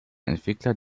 entwickler